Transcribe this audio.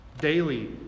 Daily